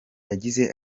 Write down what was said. yagize